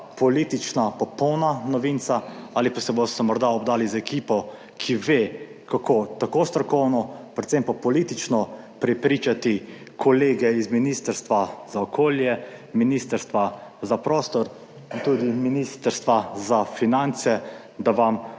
politična popolna novinca ali pa se boste morda obdali z ekipo, ki ve, kako tako strokovno, predvsem pa politično prepričati kolege iz Ministrstva za okolje, Ministrstva za prostor in tudi Ministrstva za finance, da vam